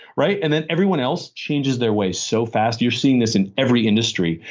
right? and then everyone else changes their ways so fast, you're seeing this in every industry.